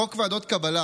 חוק ועדות קבלה,